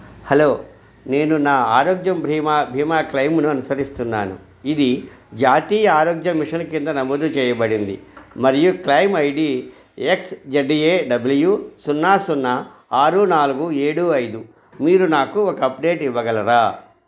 hello నేను నా ఆరోగ్య బ్రీమా బీమా క్లెయిమ్ను అనుసరిస్తున్నాను ఇది జాతీయ ఆరోగ్య మిషన్ కింద నమోదు చేయబడింది మరియు claim I D X Z A W సున్నా సున్నా ఆరు నాలుగు ఏడు ఐదు మీరు నాకు ఒక అప్డేట్ ఇవ్వగలరా